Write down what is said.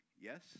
Yes